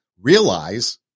realize